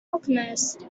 alchemist